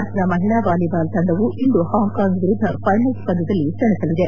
ಭಾರತದ ಮಹಿಳಾ ವಾಲಿಬಾಲ್ ತಂಡವು ಇಂದು ಹಾಂಕಾಂಗ್ ವಿರುದ್ಧ ಫೈನಲ್ಸ್ ಪಂದ್ಕದಲ್ಲಿ ಸೇಸಲಿದೆ